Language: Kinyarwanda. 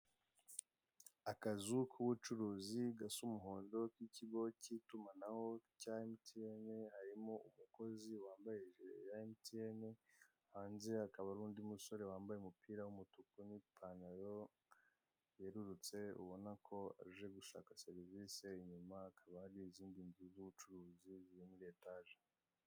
Akazu kubucuruzi gasa umuhondo k'ikigi k'itumanaho cya MTN harimo umukozi wambaye jire ya MTN hanze hakaba hari undi umusore wambaye umupira w'umutuku n'ipantalo yerurutse ubona ko aje gushak serivise inyuma hakaba hari izindi nzu z'ubucuruzi ziri muri etaje.